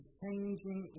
changing